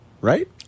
right